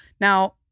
Now